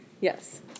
Yes